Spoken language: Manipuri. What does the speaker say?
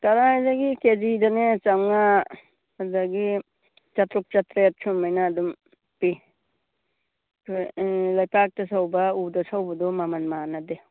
ꯀꯗꯥꯏꯗꯒꯤ ꯀꯦ ꯖꯤꯗꯅꯦ ꯆꯥꯝꯃꯉꯥ ꯑꯗꯒꯤ ꯆꯥꯇꯔꯨꯛ ꯆꯥꯇ꯭ꯔꯦꯠ ꯁꯨꯃꯥꯏꯅ ꯑꯗꯨꯝ ꯄꯤ ꯑꯩꯈꯣꯏ ꯑꯥ ꯂꯩꯄꯥꯛꯇ ꯁꯧꯕ ꯎꯗ ꯁꯧꯕꯗꯣ ꯃꯃꯜ ꯃꯥꯟꯅꯗꯦ